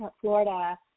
Florida